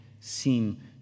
seem